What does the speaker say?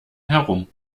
herum